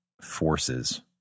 forces